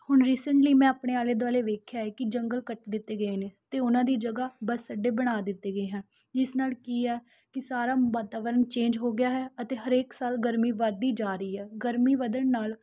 ਹੁਣ ਰੀਸੈਂਟਲੀ ਮੈਂ ਆਪਣੇ ਆਲੇ ਦੁਆਲੇ ਵੇਖਿਆ ਹੈ ਕਿ ਜੰਗਲ ਕੱਟ ਦਿੱਤੇ ਗਏ ਨੇ ਅਤੇ ਉਨ੍ਹਾਂ ਦੀ ਜਗ੍ਹਾ ਬੱਸ ਅੱਡੇ ਬਣਾ ਦਿੱਤੇ ਗਏ ਹਨ ਜਿਸ ਨਾਲ ਕੀ ਆ ਕਿ ਸਾਰਾ ਵਾਤਾਵਰਨ ਚੇਂਜ ਹੋ ਗਿਆ ਹੈ ਅਤੇ ਹਰੇਕ ਸਾਲ ਗਰਮੀ ਵਧਦੀ ਜਾ ਰਹੀ ਹੈ ਗਰਮੀ ਵਧਣ ਨਾਲ